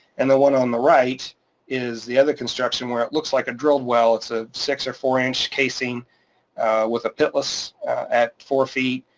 and the one on the right is the other construction where it looks like a drilled well, it's a six or four inch casing with a pitless at four feet.